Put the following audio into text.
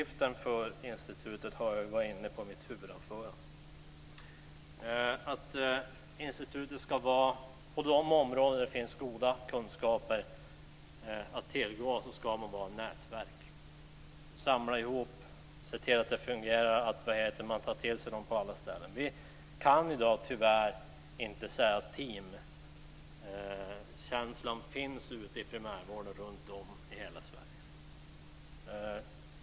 Fru talman! Jag var inne på huvuduppgiften för institutet i mitt anförande. På de områden där det finns goda kunskaper att tillgå ska institutet utgöra ett nätverk. Man ska samla ihop kunskaper och se till att de sprids. Man kan tyvärr inte säga att det finns en teamkänsla i primärvården runtom i hela Sverige.